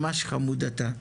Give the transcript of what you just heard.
ממש חמוד אתה.